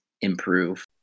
improve